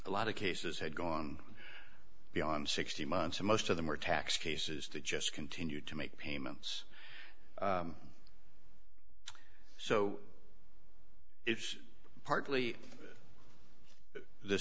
a lot of cases had gone beyond sixty months and most of them were tax cases to just continue to make payments so it's partly the